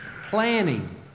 planning